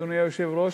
אדוני היושב-ראש,